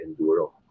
enduro